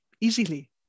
easily